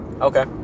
okay